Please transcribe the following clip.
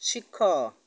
ଶିଖ